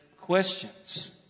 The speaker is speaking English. questions